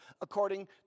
according